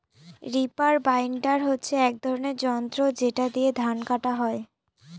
reaper binder হচ্ছে এক ধরনের যন্ত্র যেটা দিয়ে ধান কাটা হয়